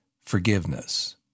forgiveness